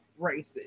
racist